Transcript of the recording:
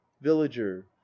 villager